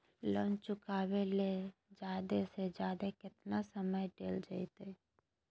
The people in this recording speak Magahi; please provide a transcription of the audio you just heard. लोन चुकाबे के जादे से जादे केतना समय डेल जयते?